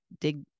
dig